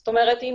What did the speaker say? זאת אומרת אם